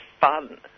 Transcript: fun